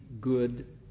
good